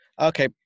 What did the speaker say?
Okay